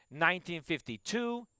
1952